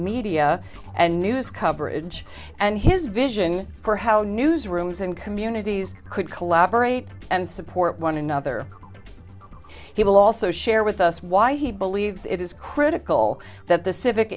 media and news coverage and his vision for how newsrooms and communities could collaborate and support one another he will also share with us why he believes it is critical that the civic